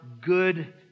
good